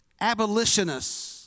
abolitionists